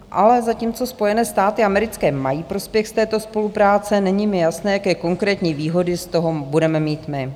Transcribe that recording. Ale zatímco Spojené státy americké mají prospěch z této spolupráce, není mi jasné, jaké konkrétní výhody z toho budeme mít my.